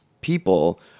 people